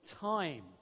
time